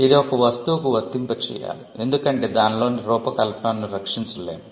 ఇది ఒక వస్తువుకి వర్తింపజేయాలి ఎందుకంటే దానిలోని రూపకల్పనను రక్షించలేము